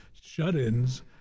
shut-ins